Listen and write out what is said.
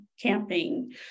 camping